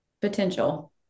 potential